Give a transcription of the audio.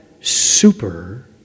super